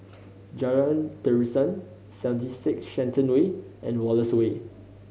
Jalan Terusan Seventy Six Shenton Way and Wallace Way